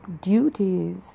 duties